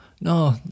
No